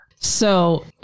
So-